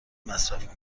مصرف